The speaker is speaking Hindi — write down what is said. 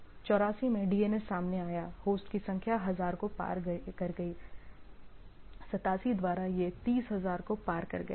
84 में DNS सामने आया होस्ट की संख्या 1000 को पार कर गई 87 द्वारा यह 30000 को पार कर गया